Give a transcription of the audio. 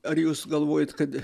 ar jūs galvojat kad